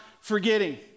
forgetting